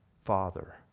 Father